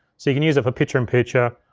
so you can use it for picture-in-picture.